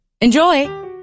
enjoy